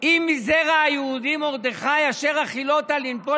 "אם מזרע היהודים מרדכי אשר הַחִלוֹתָ לנפול